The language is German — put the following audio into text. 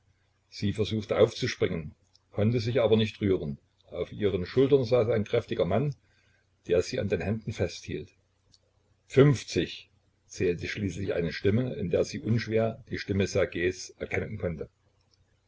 sie versuchte aufzuspringen konnte sich aber nicht rühren auf ihren schultern saß ein kräftiger mann der sie an den händen festhielt fünfzig zählte schließlich eine stimme in der sie unschwer die stimme ssergejs erkennen konnte